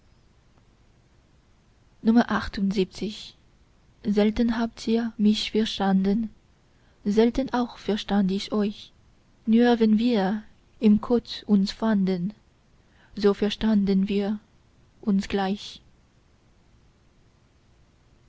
selten habt ihr mich verstanden selten auch verstand ich euch nur wenn wir im kot uns fanden so verstanden wir uns gleich